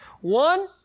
One